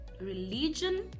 religion